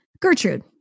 Gertrude